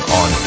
on